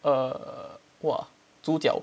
err !wah! 猪脚